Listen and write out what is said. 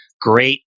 great